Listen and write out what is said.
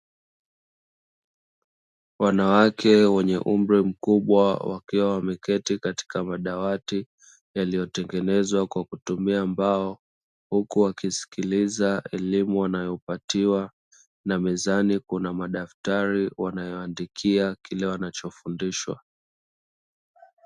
Wanawake wenye umri mkubwa wakiwa wameketi katika madawati yaliyotengenezwa kwa kutumia mbao huku wakisikiliza elimu wanayopatiwa na mezani kuna madaftari wanayoandikia kile wanachofundishwa.